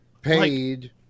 paid